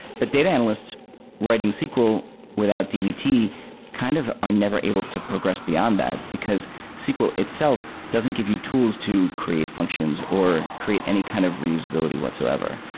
but data analysts writing sql without dbt kind of are never able to progress beyond that, because sql itself doesn't give you tools to create functions or create any kind of reusability whatsoever.